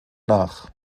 nach